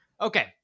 Okay